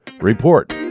Report